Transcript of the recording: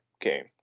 game